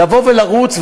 לבוא ולרוץ,